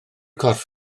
corff